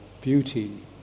beauty